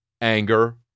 Anger